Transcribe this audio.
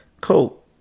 Cool